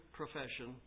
profession